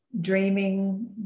dreaming